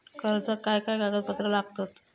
कर्जाक काय काय कागदपत्रा लागतत?